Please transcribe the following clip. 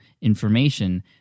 information